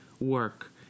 work